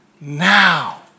now